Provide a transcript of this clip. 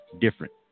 Different